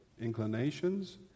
inclinations